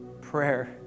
Prayer